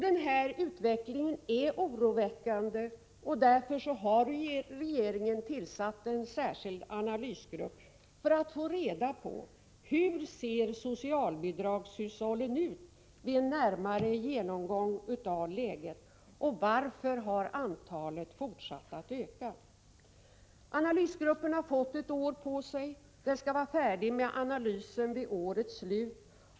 Den här utvecklingen är oroväckande, och därför har regeringen tillsatt en särskild analysgrupp för att få reda på följande: Hur ser socialbidragshushållen ut vid en närmare genomgång av läget, och varför har antalet fortsatt att stiga? Analysgruppen har fått ett år på sig; den skall vara färdig med sin analys vid slutet av 1986.